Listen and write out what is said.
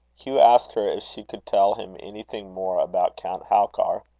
hugh asked her if she could tell him anything more about count halkar.